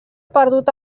perdut